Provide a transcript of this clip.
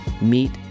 meet